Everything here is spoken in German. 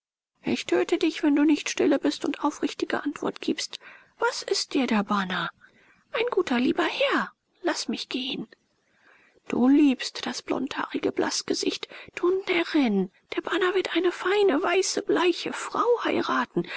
ich töte dich wenn du nicht stille bist und aufrichtige antwort gibst was ist dir der bana ein guter lieber herr laß mich gehen du liebst das blondhaarige blaßgesicht du närrin der bana wird eine feine weiße bleiche frau heiraten